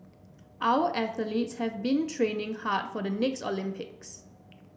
our athletes have been training hard for the next Olympics